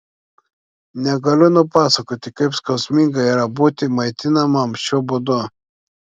negaliu nupasakoti kaip skausminga yra būti maitinamam šiuo būdu